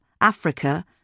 Africa